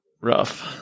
rough